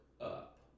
up